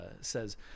says